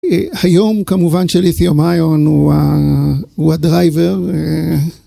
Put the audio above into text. היום כמובן שליטיומיון הוא הדרייבר.